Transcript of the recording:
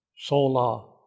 sola